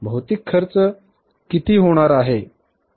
भौतिक खर्च किती होणार आहे